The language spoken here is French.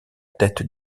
tête